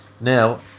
Now